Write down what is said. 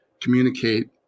communicate